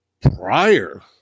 prior